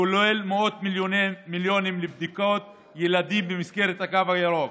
כולל מאות מיליונים לבדיקות ילדים במסגרת התו הירוק.